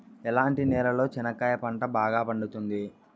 ఎట్లాంటి నేలలో చెనక్కాయ పంట బాగా పండుతుంది?